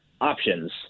options